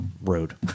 road